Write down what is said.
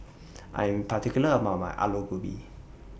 I Am particular about My Aloo Gobi